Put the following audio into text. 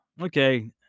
okay